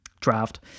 draft